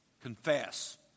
confess